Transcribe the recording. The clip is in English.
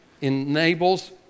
enables